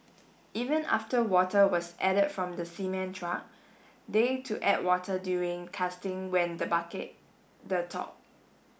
even after water was added from the cement truck they to add water during casting when the bucket the top